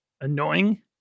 annoying